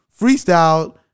freestyle